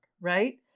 right